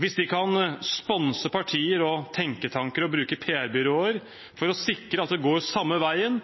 hvis de kan sponse partier og tenketanker og bruke PR-byråer for å sikre at det går samme veien